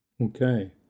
okay